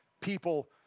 people